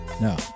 No